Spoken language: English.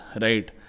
right